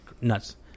nuts